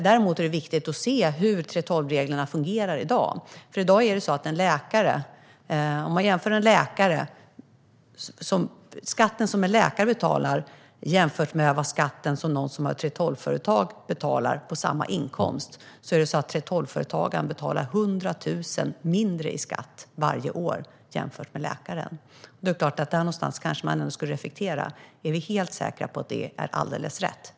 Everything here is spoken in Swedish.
Däremot är det viktigt att se hur 3:12-reglerna fungerar i dag. Om man jämför en läkare med någon som har ett 3:12-företag är det så att 3:12-företagaren varje år betalar 100 000 mindre i skatt på samma inkomst. Där någonstans borde man kanske reflektera över om detta är alldeles rätt.